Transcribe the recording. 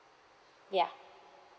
ya